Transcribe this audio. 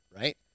right